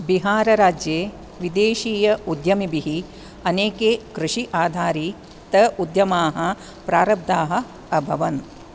बिहारराज्ये विदेशीय उद्यमिभिः अनेके कृषि आधारित उद्यमाः प्रारब्धाः अभवन्